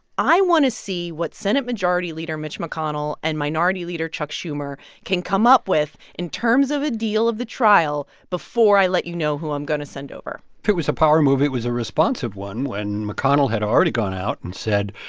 i want to see what senate majority leader mitch mcconnell and minority leader chuck schumer can come up with in terms of a deal of the trial before i let you know who i'm going to send over if it was a power move, it was a responsive one when mcconnell had already gone out and said,